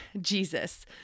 Jesus